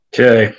Okay